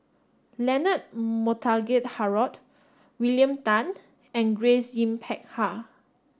Leonard Montague Harrod William Tan and Grace Yin Peck Ha